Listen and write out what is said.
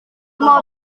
mau